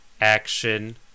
action